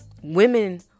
women